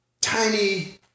tiny